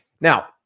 Now